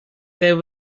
there